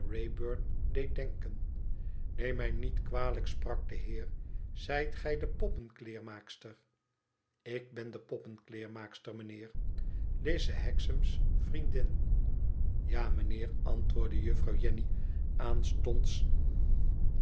denken neem mij niet kwalijk sprak de heer zijt gij de poppenkleer maakster ik ben de poppenkleermaakster mijnheer lize hexam's vriendin ja mijnheer antwoordde juffrouw jenny aanstonds